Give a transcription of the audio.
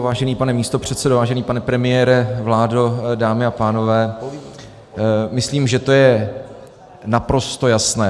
Vážený pane místopředsedo, vážený pane premiére, vládo, dámy a pánové, myslím, že to je naprosto jasné.